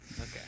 Okay